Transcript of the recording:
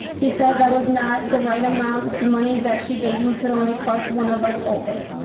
he said that was not the right amount. the money that she gave him could only cross one of us over.